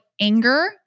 anger